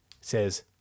Says